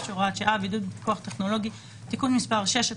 (הוראת שעה) (בידוד בפיקוח טכנולוגי)(תיקון מס' 6),